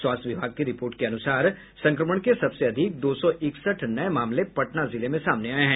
स्वास्थ्य विभाग की रिपोर्ट के अनुसार संक्रमण के सबसे अधिक दो सौ इकसठ नये मामले पटना जिले में सामने आये हैं